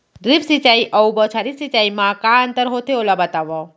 Drip सिंचाई अऊ बौछारी सिंचाई मा का अंतर होथे, ओला बतावव?